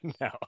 No